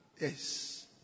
Yes